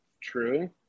True